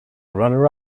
runner